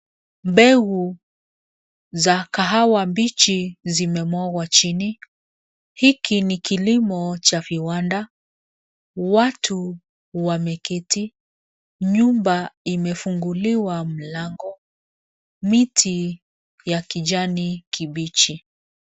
Mbegu za kahawa mbichi zimemwagwa chini . Hiki ni kilimo cha viwanda. Watu wameketi. Nyumba imefunguliwa mlango. Miti ya kijani kibichi.